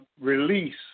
release